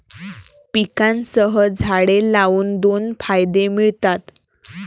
पिकांसह झाडे लावून दोन फायदे मिळतात